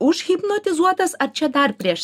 užhipnotizuotas ar čia dar prieš